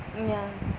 ya